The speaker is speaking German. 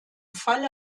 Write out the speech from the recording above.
falle